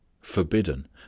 forbidden